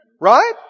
Right